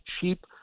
cheap